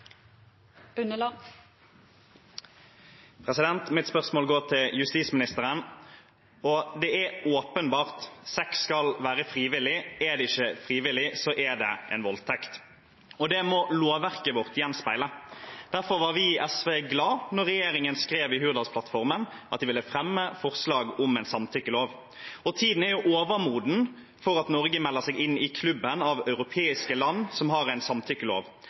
Mitt spørsmål går til justisministeren. Det er åpenbart: Sex skal være frivillig. Er det ikke frivillig, er det en voldtekt. Det må lovverket vårt gjenspeile. Derfor var vi i SV glade da regjeringen skrev i Hurdalsplattformen at de ville fremme forslag om en samtykkelov. Tiden er overmoden for at Norge melder seg inn i klubben av europeiske land som har en samtykkelov.